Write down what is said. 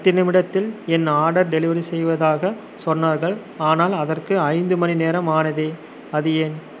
பத்து நிமிடத்தில் என் ஆர்டர் டெலிவரி செய்வதாக சொன்னார்கள் ஆனால் அதற்கு ஐந்து மணிநேரம் ஆனதே அது ஏன்